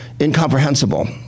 incomprehensible